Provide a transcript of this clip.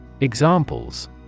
Examples